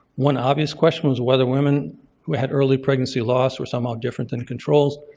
one obvious question was whether women who had early pregnancy loss were somehow different than controls.